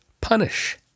punish